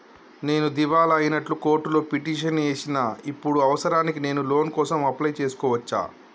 నేను దివాలా అయినట్లు కోర్టులో పిటిషన్ ఏశిన ఇప్పుడు అవసరానికి నేను లోన్ కోసం అప్లయ్ చేస్కోవచ్చా?